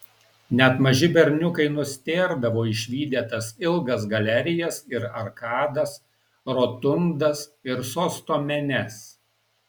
net maži berniukai nustėrdavo išvydę tas ilgas galerijas ir arkadas rotundas ir sosto menes